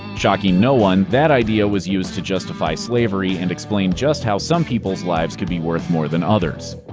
shocking no one, that idea was used to justify slavery and explain just how some people's lives could be worth more than others.